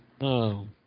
No